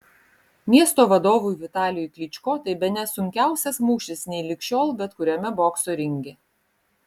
miesto vadovui vitalijui klyčko tai bene sunkiausias mūšis nei lig šiol bet kuriame bokso ringe